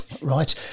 right